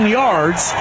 yards